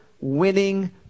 winning